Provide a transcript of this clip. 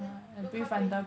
then don't come training